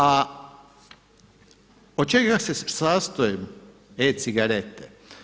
A od čega se sastoje e-cigarete?